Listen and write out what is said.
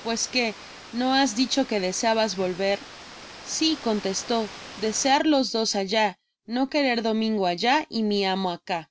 po es qué no has dicho qno deseabas volver sí contestó desear ios dos allá no querer domingo allá y mi amo cá